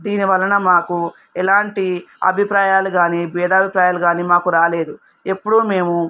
దీని వలన మాకు ఎలాంటి అభిప్రాయాలు గానీ బేధాభిప్రాయాలు గానీ మాకు రాలేదు ఎప్పుడు మేము